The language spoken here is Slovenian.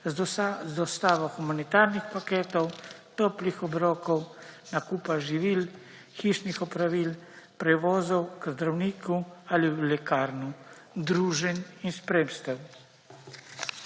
Z dostavo humanitarnih paketov, toplih obrokov, nakupa živil, hišnih opravil, prevozov k zdravniku ali v lekarno, druženj in spremstev.